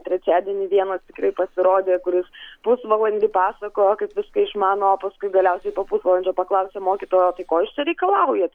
trečiadienį vienas pasirodė kuris pusvalandį pasakojo kaip viską išmano o paskui galiausiai po pusvalandžio paklausė mokytojo o tai ko jūs čia reikalaujat